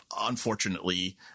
unfortunately